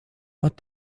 but